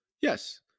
Yes